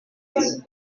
munsi